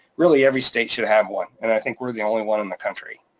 really, every state should have one, and i think we're the only one in the country.